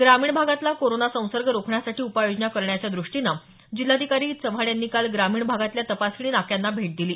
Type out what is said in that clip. ग्रामीण भागातला कोरोना संसर्ग रोखण्यासाठी उपाय योजना करण्याच्या द्रष्टीनं जिल्हाधिकारी चव्हाण यांनी काल ग्रामीण भागातल्या तपासणी नाक्यांना भेट दिली